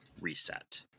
reset